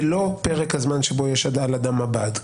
זה לא פרק הזמן שבו יש הודעה לאדם על מב"ד,